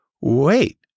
Wait